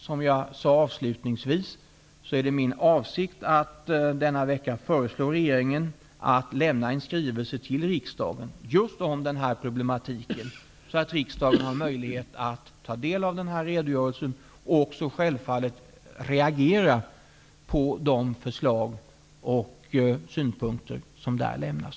Som jag har sagt är det min avsikt att denna vecka föreslå regeringen att lämna en skrivelse till riksdagen just om denna problematik, så att riksdagen har möjlighet att ta del av redogörelsen och självfallet reagera på de förslag och synpunkter som där lämnas.